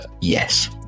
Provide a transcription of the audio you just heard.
Yes